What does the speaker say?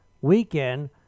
weekend